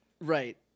Right